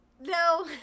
No